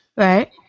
Right